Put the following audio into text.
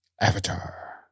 Avatar